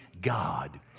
God